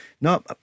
No